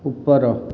ଉପର